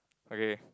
okay